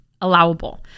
allowable